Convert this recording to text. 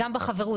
יש כמה מגבלות,